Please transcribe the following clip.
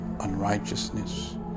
unrighteousness